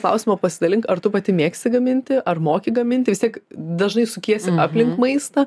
klausimą pasidalink ar tu pati mėgsti gaminti ar moki gaminti vis tiek dažnai sukiesi aplink maistą